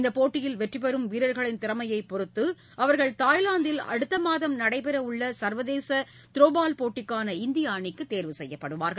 இந்தப் போட்டியில் வெற்றி பெறும் வீரர்களின் திறமையைப் பொறுத்து அவர்கள் தாய்லாந்தில் அடுத்த மாதம் நடைபெறவுள்ள சர்வதேச த்ரோபால் போட்டிக்கான இந்திய அணிக்கு தேர்வு செய்யப்படுவார்கள்